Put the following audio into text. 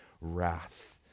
wrath